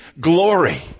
glory